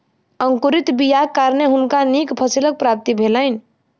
अंकुरित बीयाक कारणें हुनका नीक फसीलक प्राप्ति भेलैन